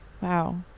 Wow